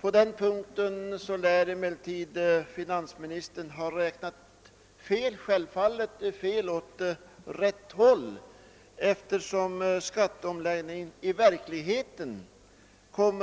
På denna punkt lär emellertid finansministern ha räknat fel — självfallet åt rätt håll. Skatteomläggningen kommer nämligen i verkligheten